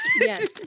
Yes